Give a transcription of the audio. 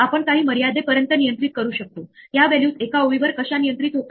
तर या कॉल चा परिणाम या कोडची अंमलबजावणी करण्यासाठी होतो आणि या व्याख्येमध्ये अजून एक फंक्शन जी कॉल होते